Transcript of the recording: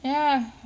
ya